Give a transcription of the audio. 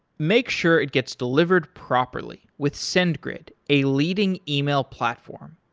make sure it gets delivered properly with sendgrid, a leading email platform.